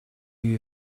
you